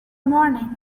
morning